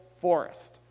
forest